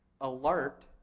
alert